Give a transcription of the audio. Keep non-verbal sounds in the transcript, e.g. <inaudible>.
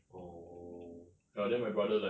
orh <noise>